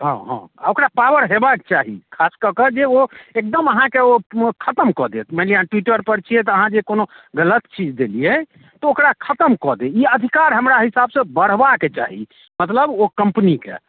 हँ हँ आ ओकरा पावर होयबाक चाही खास कऽ कऽ जे ओ एकदम अहाँके ओ खतम कऽ देत मानि लिअ अहाँ ट्विटरपर छियै तऽ अहाँ जे कोनो गलत चीज देलियै तऽ ओकरा खतम कऽ दै ई अधिकार हमरा हिसाबसँ सभसँ बढ़बाक चाही मतलब ओ कम्पनीके